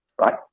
right